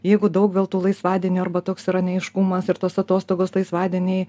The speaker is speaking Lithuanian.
jeigu daug vėl tų laisvadienių arba toks yra neaiškumas ir tos atostogos laisvadieniai